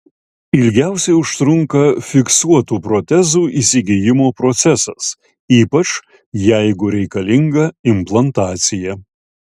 ilgiausiai užtrunka fiksuotų protezų įsigijimo procesas ypač jeigu reikalinga implantacija